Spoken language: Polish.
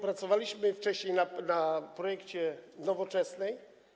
Pracowaliśmy wcześniej na projekcie Nowoczesnej.